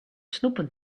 snoepen